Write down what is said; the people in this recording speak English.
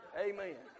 Amen